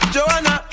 Joanna